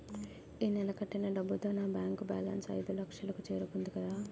ఈ నెల కట్టిన డబ్బుతో నా బ్యాంకు బేలన్స్ ఐదులక్షలు కు చేరుకుంది కదా